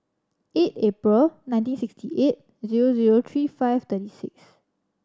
eight April nineteen sixty eight zero zero three five twenty six